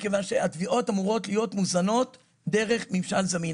מכיוון שהתביעות אמורות להיות מוזנות דרך ממשל זמין.